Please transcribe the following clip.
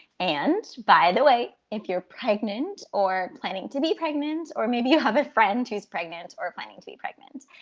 and by the way, if you're pregnant or planning to be pregnant, or maybe you have a friend who's pregnant or planning to be pregnant,